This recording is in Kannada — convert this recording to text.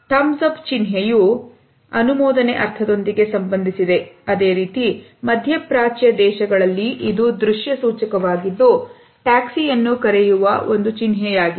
ಥಂಬ್ಸ್ ಅಪ್ ಚಿನ್ಹೆಯು ಅನುಮೋದನೆ ಅರ್ಥದೊಂದಿಗೆ ಸಂಬಂಧಿಸಿದೆ ಅದೇ ರೀತಿ ಮಧ್ಯಪ್ರಾಚ್ಯ ದೇಶಗಳಲ್ಲಿ ಇದು ದೃಶ್ಯ ಸೂಚಕವಾಗಿದ್ದು ಟ್ಯಾಕ್ಸಿಯನ್ನು ಕರೆಯುವ ಒಂದು ಚಿನ್ಹೆಯಾಗಿದೆ